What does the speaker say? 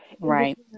Right